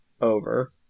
over